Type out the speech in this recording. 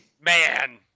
Man